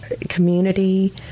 community